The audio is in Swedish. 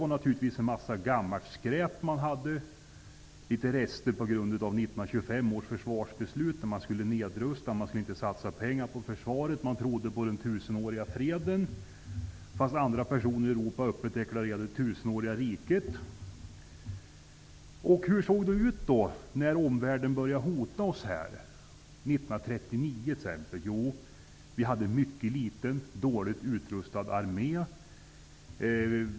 Ja, naturligtvis fanns det en mängd gammalt skräp -- rester på grund av 1925 års försvarsbeslut, som innebar att man skulle nedrusta och att man inte skulle satsa pengar på försvaret. Man trodde på en tusenårig fred. En del personer i Europa deklarerade öppet det tusenåriga riket. Men hur såg det ut när omvärlden började hota oss, t.ex. 1939? Jo, vi hade en mycket liten och dåligt utrustad armé.